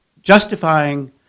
justifying